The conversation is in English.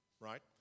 right